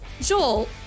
joel